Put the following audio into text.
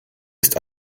ist